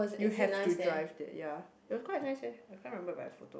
you have to drive there ya it was quite nice leh I can't remember by a photo